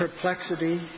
perplexity